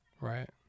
Right